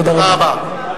תודה רבה.